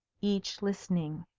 each listening.